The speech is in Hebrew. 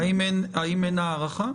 האם אין הערכה?